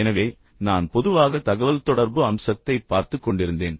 எனவே நான் பொதுவாக தகவல்தொடர்பு அம்சத்தைப் பார்த்துக் கொண்டிருந்தேன்